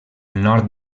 nord